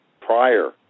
prior